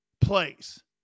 plays